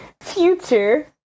future